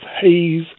haze